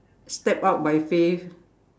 step up my faith